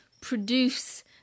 produce